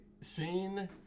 scene